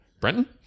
Brenton